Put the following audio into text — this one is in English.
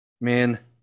man